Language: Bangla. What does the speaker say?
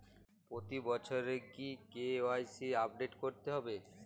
প্রতি বছরই কি কে.ওয়াই.সি আপডেট করতে হবে?